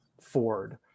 Ford